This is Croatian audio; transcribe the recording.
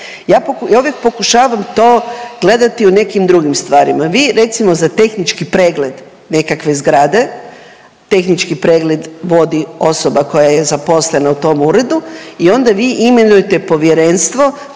ja uvijek pokušavam to gledati u nekim drugim stvarima. Vi recimo za tehnički pregled nekakve zgrade, tehnički pregled vodi osoba koja je zaposlena u tom uredu i onda vi imenujete povjerenstvo